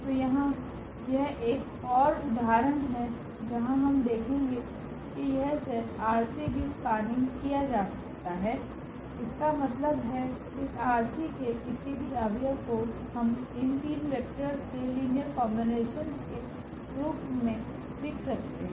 तो यहां यह एक और उदाहरण है जहां हम देखेंगे कि यह सेट ℝ3 भी स्पनिंग किया जा सकता है इसका मतलब है इस ℝ3 के किसी भी अव्यव को हम इन तीन वेक्टर्स के लीनियर कॉम्बिनेशन के रूप में लिख सकते हैं